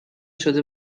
شده